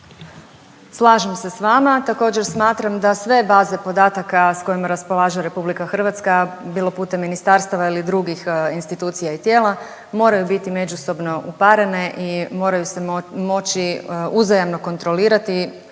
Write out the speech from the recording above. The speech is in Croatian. Slažem se sa vama. Također smatram da sve baze podataka sa kojima raspolaže Republika Hrvatska bilo putem ministarstava ili drugih institucija i tijela moraju biti međusobno uparene i moraju se moći uzajamno kontrolirati,